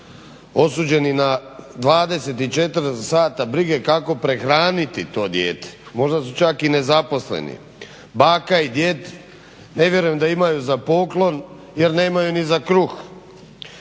osuđeni na 24 sata brige kako prehraniti to dijete. Možda su čak i nezaposleni. Baka i djed ne vjerujem da imaju za poklon, jer nemaju ni za kruh.